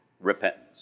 repentance